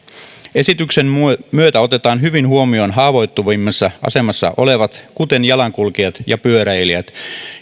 esityksen myötä otetaan hyvin huomioon haavoittuvimmassa asemassa olevat kuten jalankulkijat ja pyöräilijät